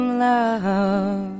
love